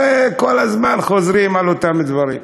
הרי כל הזמן חוזרים על אותם דברים.